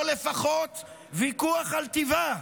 או לפחות ויכוח על טיבה,